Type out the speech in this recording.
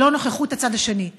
ללא נוכחות הצד השני,